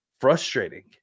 frustrating